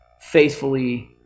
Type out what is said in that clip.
faithfully